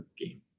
game